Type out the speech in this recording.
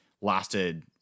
lasted